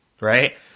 Right